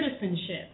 citizenship